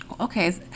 Okay